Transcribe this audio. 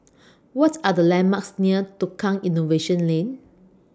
What Are The landmarks near Tukang Innovation Lane